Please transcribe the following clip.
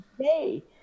hey